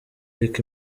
ariko